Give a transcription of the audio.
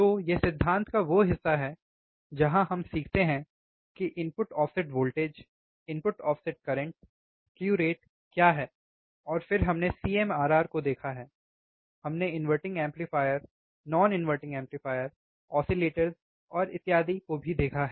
तो यह सिद्धांत का वो हिस्सा है जहाँ हम सीखते हैं कि input offset voltage input offset current slew rate क्या है और फिर हमने CMRR को देखा है हमने inverting amplifier non inverting amplifier oscillators और इत्यादि को भी देखा है